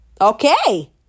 Okay